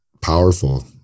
powerful